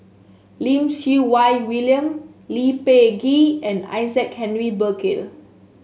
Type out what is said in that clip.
Lim Siew Wai William Lee Peh Gee and Isaac Henry Burkill